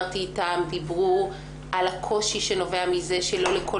דיברו על הקושי שנובע מזה שלא לכל